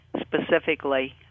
specifically